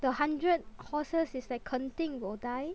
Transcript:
the hundred horses is like 肯定 will die